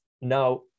Now